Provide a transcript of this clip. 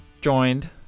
Joined